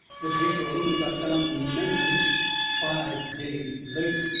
the paper only got down to menton five days late.